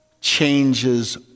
changes